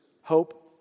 hope